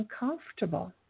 uncomfortable